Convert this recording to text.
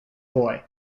boy